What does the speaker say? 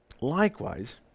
Likewise